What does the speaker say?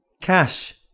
cash